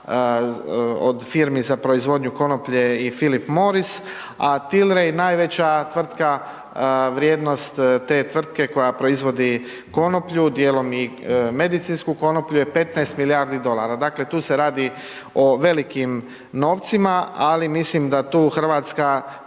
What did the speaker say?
od firmi za proizvodnju konoplje i Filip Moriss, a Tilray najveća tvrtka, vrijednost te tvrtke koja proizvodi konoplju, dijelom i medicinsku konoplju je 15 milijardi dolara. Dakle, tu se radi o velikim novcima, ali mislim da tu Hrvatska